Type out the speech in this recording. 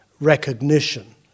recognition